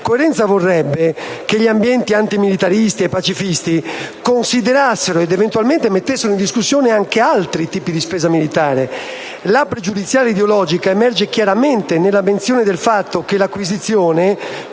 Coerenza vorrebbe che gli ambienti antimilitaristi e pacifisti considerassero, ed eventualmente mettessero in discussione, anche altri tipi di spesa militare. La pregiudiziale ideologica emerge chiaramente nella menzione del fatto che l'acquisizione,